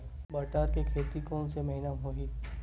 बटर के खेती कोन से महिना म होही?